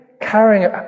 carrying